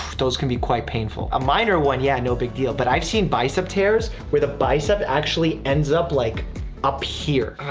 those can be quite painful. a minor one, yeah, no big deal, but i've seen bicep tears where the bicep actually ends up like up here.